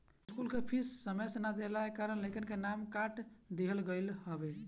school कअ fees समय से ना देहला के कारण लइकन के नाम काट दिहल गईल हवे